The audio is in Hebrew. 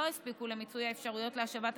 הספיקו למיצוי האפשרויות להשבת הנכסים,